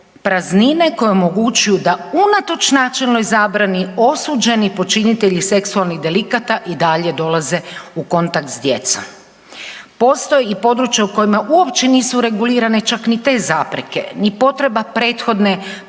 praznine koje omogućuju da unatoč načelnoj zabrani osuđeni počinitelji seksualnih delikata i dalje dolaze u kontakt s djecom. Postoje i područja u kojima uopće nisu regulirana i čak ni te zapreke ni potreba prethodne provjere